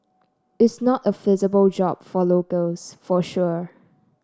is not a feasible job for locals for sure